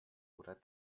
oder